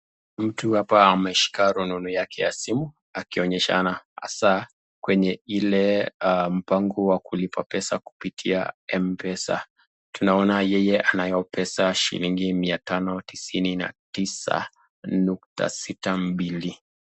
Mtu hapa ameshika rununu yake ya simu, akionyeshana hasaa kwenye ile mpango wa kulipa pesa kupitia Mpesa. Tunaona yeye anayopesa shillingi 599.62.